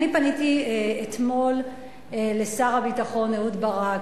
אני פניתי אתמול לשר הביטחון אהוד ברק